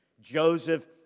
Joseph